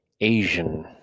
Asian